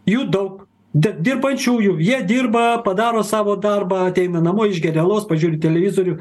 jų daug dirbančiųjų jie dirba padaro savo darbą ateina namo išgeria alaus pažiūri televizorių